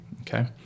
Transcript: okay